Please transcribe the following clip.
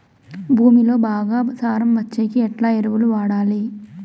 భూమిలో బాగా సారం వచ్చేకి ఎట్లా ఎరువులు వాడాలి?